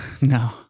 No